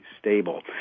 Stable